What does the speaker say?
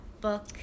book